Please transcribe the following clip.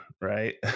right